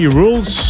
rules